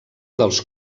dels